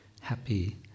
happy